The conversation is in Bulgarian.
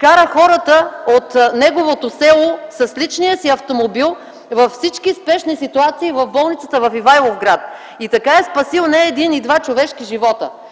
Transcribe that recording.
кара хората от неговото село с личния си автомобил във всички спешни ситуации в болницата в Ивайловград, и така е спасил не един и два човешки живота.